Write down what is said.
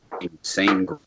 insane